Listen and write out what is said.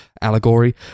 allegory